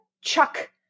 chuck